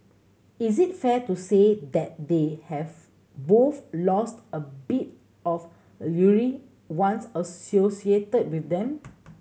is it fair to say that they have both lost a bit of once associated with them